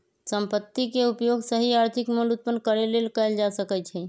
संपत्ति के उपयोग सही आर्थिक मोल उत्पन्न करेके लेल कएल जा सकइ छइ